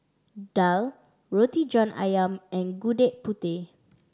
daal Roti John Ayam and Gudeg Putih